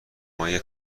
مایه